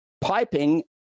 Piping